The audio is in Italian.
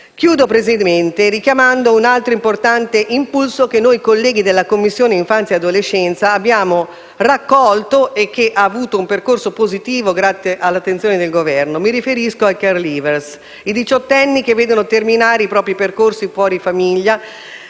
signor Presidente, richiamando un altro importante impulso che noi colleghi della Commissione per l'infanzia e l'adolescenza abbiamo raccolto e che ha avuto un percorso positivo grazie all'attenzione del Governo: mi riferisco ai *care leaver*, i diciottenni che vedono terminare i propri percorsi fuori famiglia